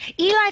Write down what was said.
Eli